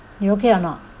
you okay or not